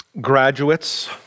graduates